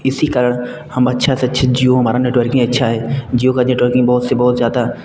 इसी कारण हम अच्छा से अच्छ जियो हमारा नेटवर्किंग अच्छा है जियो का नेटवर्किंग बहुत से बहुत ज़्यादा